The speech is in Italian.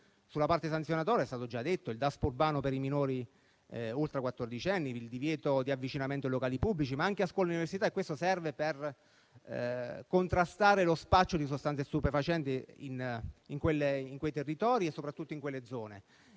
Sulla parte sanzionatoria è stato già ricordato il Daspo urbano per i minori ultraquattordicenni e il divieto di avvicinamento in locali pubblici, ma anche a scuola e università, che serve per contrastare lo spaccio di sostanze stupefacenti in quei territori e soprattutto in quelle zone.